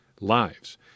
lives